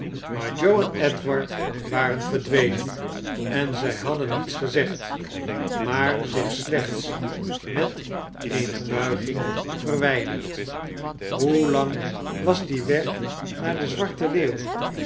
maar joe en edward waren verdwenen en zij hadden niets gezegd maar zich slechts met eene buiging verwijderd hoe lang was die weg naar de zwarte leeuw